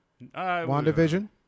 WandaVision